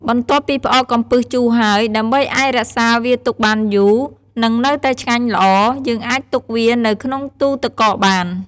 បន្ទាប់ពីផ្អកកំពឹសជូរហើយ ដើម្បីអាចរក្សាវាទុកបានយូរ និងនៅតែឆ្ងាញ់ល្អ យើងអាចទុកវានៅក្នុងទូទឹកកកបាន។